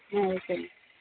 ஆ அது சரிங்க